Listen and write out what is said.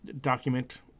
document